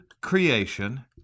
creation